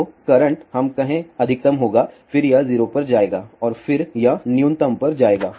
तो करंट हम कहे अधिकतम होगा फिर यह 0 पर जाएगा और फिर यह न्यूनतम पर जाएगा